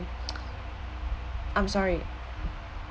I'm sorry